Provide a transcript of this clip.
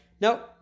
no